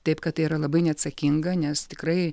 taip kad tai yra labai neatsakinga nes tikrai